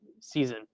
season